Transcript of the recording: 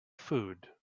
food